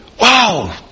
wow